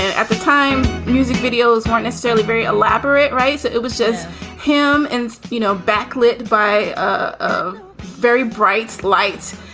at the time, music videos weren't necessarily very elaborate, right? it it was just him. and, you know, backlit by ah very bright lights.